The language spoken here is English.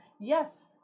Yes